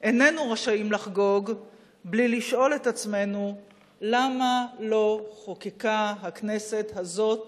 איננו רשאים לחגוג בלי לשאול את עצמנו למה לא חוקקה הכנסת הזאת